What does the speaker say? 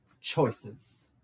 choices